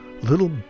little